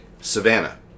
Savannah